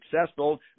successful